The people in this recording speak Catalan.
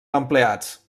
empleats